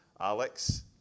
Alex